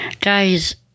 Guys